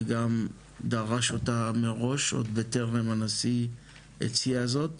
וגם דרש אותה מראש, עוד בטרם הנשיא הציע זאת,